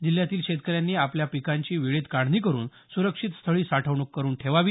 जिल्ह्यातील शेतकऱ्यांनी आपल्या पिकांची वेळेत काढणी करून सुरक्षित स्थळी साठवणूक करून ठेवावी